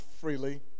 freely